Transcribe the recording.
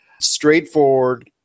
straightforward